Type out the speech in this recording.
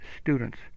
students